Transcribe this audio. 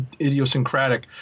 idiosyncratic